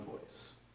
voice